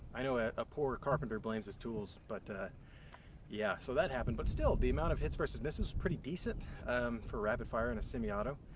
i know a a poor carpenter blames his tools, but yeah so that happened. but still, the amount of hits versus misses, pretty decent um for a rapid fire in a semi-auto.